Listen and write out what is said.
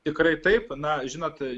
tikrai taip na žinot